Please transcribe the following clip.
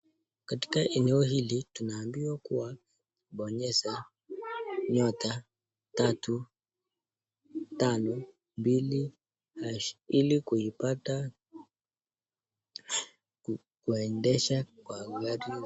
Katika eneo hili tunaambiwa kuwa, bonyeza nyota tatu, tano, mbili hashi, ili kuipata kuendesha kwa gari zao.